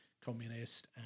communist